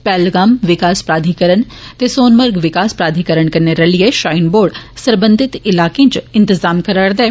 पहलगाम विकास प्राध्यिकरण ते सोनामर्ग विकास प्राध्यिकरण कन्नै रलिए श्राइन बोर्ड सरबंधित इलाकें इच इंतजाम करा रदा ऐ